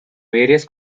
various